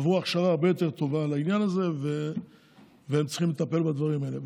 הם עברו הכשרה הרבה יותר טובה לעניין הזה והם צריכים לטפל בדברים האלה.